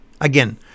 Again